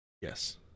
Yes